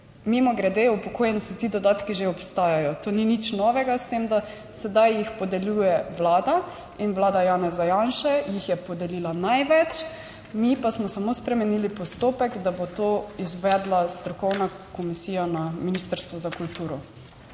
mimogrede upokojenci, ti dodatki že obstajajo, to ni nič novega, s tem, da sedaj jih podeljuje Vlada in Vlada Janeza Janše jih je podelila največ, mi pa smo samo spremenili postopek, da bo to izvedla strokovna komisija na Ministrstvu za kulturo.